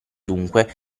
dunque